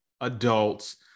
adults